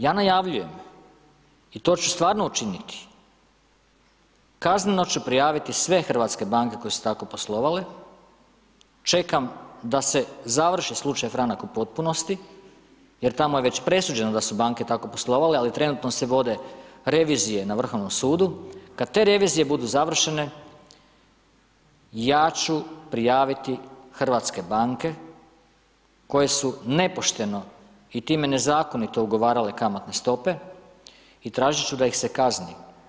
Ja najavljujem i to ću stvarno učiniti, kazneno ću prijaviti sve hrvatske banke koje su tako poslovale, čekam da se završi slučaj Franak u potpunosti jer tamo je već presuđeno da su banke tako poslovale ali trenutno se vode revizije na Vrhovnom sudu, kada te revizije budu završene ja ću prijaviti hrvatske banke koje su nepošteno i time nezakonito ugovarale kamatne stope i tražiti ću da ih se kazni.